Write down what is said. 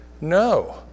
No